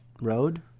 road